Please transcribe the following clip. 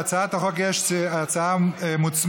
להצעת החוק יש הצעה מוצמדת,